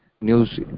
news